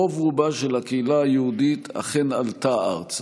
רוב-רובה של הקהילה היהודית אכן עלתה ארצה.